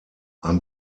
ein